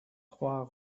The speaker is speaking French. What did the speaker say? trois